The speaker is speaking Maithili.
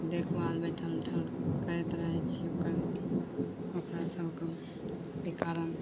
देखभाल बैठल उठल करैत रहैत छी ओकर ओकरा सबके एहि कारण